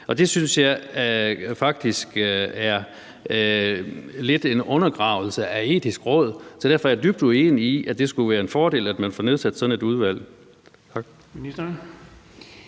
Det synes jeg faktisk lidt er en undergravning af Det Etiske Råd, så derfor er jeg dybt uenig i, at det skulle være en fordel, at man får nedsat sådan et udvalg.